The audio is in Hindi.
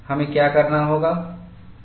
हमें क्या करना होगा